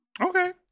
Okay